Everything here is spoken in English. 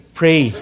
pray